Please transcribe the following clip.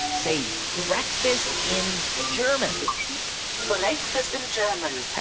say breakfast in german breakfast in german